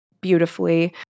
beautifully